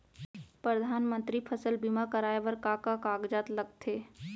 परधानमंतरी फसल बीमा कराये बर का का कागजात लगथे?